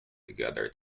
together